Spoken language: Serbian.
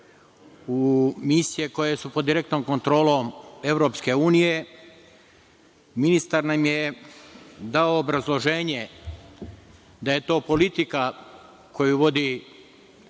u misije koje su pod direktnom kontrolom EU, ministar nam je dao obrazloženje da je to politika koju vodi